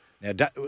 Now